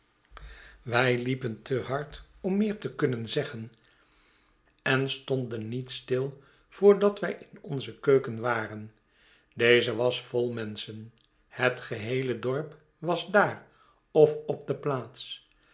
wij liepen te hard om meer te kunnen zeggen en stonden niet stil voordat wij in onze keuken waren deze was vol menschen het geheele dorp was daar of op de plaats